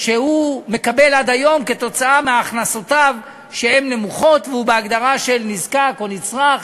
שהוא מקבל עד היום כי הכנסותיו נמוכות והוא בהגדרה של "נזקק" או "נצרך",